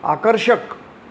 आकर्षक